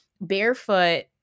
barefoot